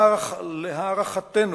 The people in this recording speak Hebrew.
להערכתנו,